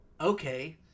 okay